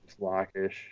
lockish